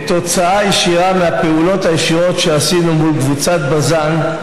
כתוצאה ישירה מהפעולות הישירות שעשינו מול קבוצת בז"ן,